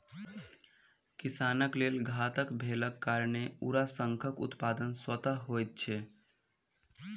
किसानक लेल घातक भेलाक कारणेँ हड़ाशंखक उत्पादन स्वतः होइत छै